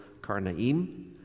Karnaim